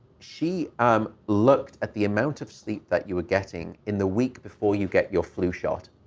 she um looked at the amount of sleep that you were getting in the week before you get your flu shot.